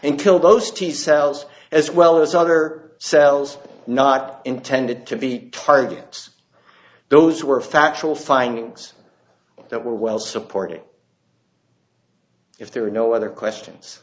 and kill those t cells as well as other cells not intended to be targets those were factual findings that were well supported if there were no other questions